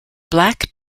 black